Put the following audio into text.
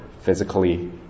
physically